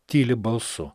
tyli balsu